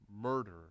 murder